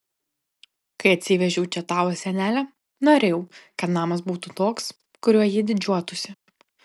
kai atsivežiau čia tavo senelę norėjau kad namas būtų toks kuriuo jį didžiuotųsi